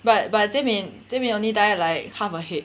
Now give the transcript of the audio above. but but they may they may only dye like half a head